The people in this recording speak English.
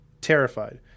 terrified